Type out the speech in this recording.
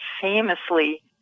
famously